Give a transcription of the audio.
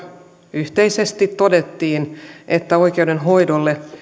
yhteisesti todettiin että oikeudenhoidolle